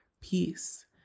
peace